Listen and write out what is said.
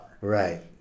Right